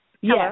Yes